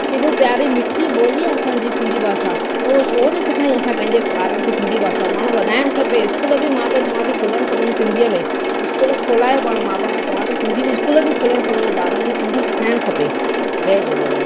केॾो प्यारी मिठिड़ी ॿोली आहे असांजी सिंधी भाषा त उहो छो न सेखारियूं असां पंहिंजे ॿारनि खे सिंधी भाषा माण्हू वधाइणु खपे स्कूल बि मां त चवां थी खुलणु खपनि सिंधीअ में स्कूल खोलाए पाण मां पाण चवां थी सिंधी में स्कूल बि खुलणु खपनि ॿारनि खे सिंधी सेखारणु खपे जय झूलेलाल